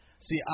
See